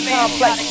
complex